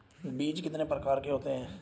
बीज कितने प्रकार के होते हैं?